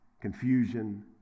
confusion